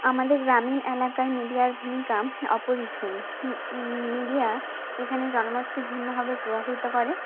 আমাদের গ্রামীণ এলাকায় মিডিয়ার ভূমিকা অপরিসীম মিডিয়া এখানে জনমতকে বিভিন্নভাবে প্রভাবিত করে